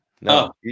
No